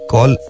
Call